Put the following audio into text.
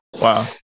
wow